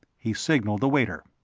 he signalled the waiter.